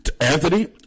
Anthony